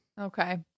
okay